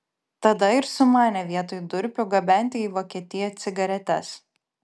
tada ir sumanė vietoj durpių gabenti į vokietiją cigaretes